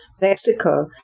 mexico